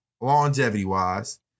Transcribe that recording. longevity-wise